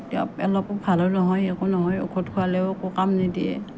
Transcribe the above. এওঁ অলপো ভালো নহয় একো নহয় ঔষধ খোৱালেও একো কাম নিদিয়ে